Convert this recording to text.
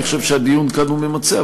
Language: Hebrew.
אני חושב שהדיון כאן הוא ממצה,